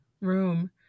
room